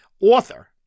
author